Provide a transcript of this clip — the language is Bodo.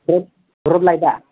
रद लाइटा